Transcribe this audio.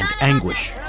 anguish